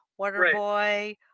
Waterboy